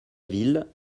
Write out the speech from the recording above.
ville